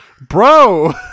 Bro